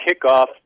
kickoff